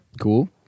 Cool